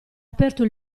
aperto